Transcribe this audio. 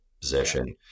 position